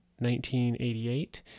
1988